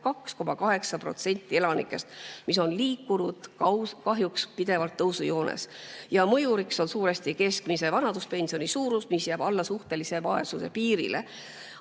82,8% ja see on liikunud kahjuks pidevalt tõusujoones. Mõjuriks on suuresti keskmise vanaduspensioni suurus, mis jääb alla suhtelise vaesuse piirile.